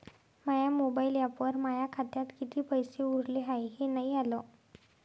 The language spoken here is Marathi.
माया मोबाईल ॲपवर माया खात्यात किती पैसे उरले हाय हे नाही आलं